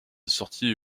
sortie